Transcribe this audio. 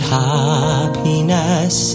happiness